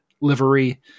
livery